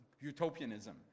utopianism